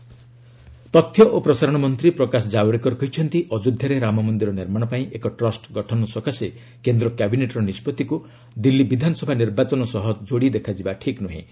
ଜାବଡେକର ଅଯୋଧ୍ୟା ତଥ୍ୟ ଓ ପ୍ରସାରଣ ମନ୍ତ୍ରୀ ପ୍ରକାଶ ଜାବଡେକର କହିଛନ୍ତି ଅଯୋଧ୍ୟାରେ ରାମମନ୍ଦିର ନିର୍ମାଣ ପାଇଁ ଏକ ଟ୍ରଷ୍ଟ ଗଠନ ସକାଶେ କେନ୍ଦ୍ର କ୍ୟାବିନେଟ୍ର ନିଷ୍କଭିକୁ ଦିଲ୍ଲୀ ବିଧାନସଭା ନିର୍ବାଚନ ସହ ଯୋଡ଼ି ଦେଖାଯିବା ଠିକ୍ ନୁହେଁ